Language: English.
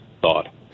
thought